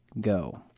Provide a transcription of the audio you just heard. go